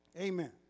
Amen